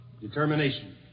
determination